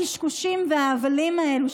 הקשקושים וההבלים האלה,